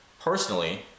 Personally